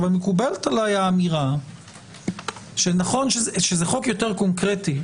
מקובלת עליי האמירה שנכון שזה חוק יותר קונקרטי,